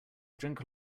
drink